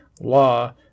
law